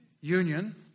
union